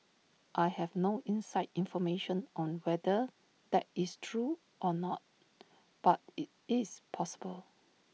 I have no inside information on whether that is true or not but IT is possible